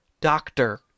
Doctor